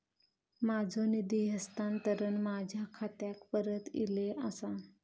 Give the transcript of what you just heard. माझो निधी हस्तांतरण माझ्या खात्याक परत इले आसा